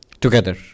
Together